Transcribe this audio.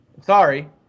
Sorry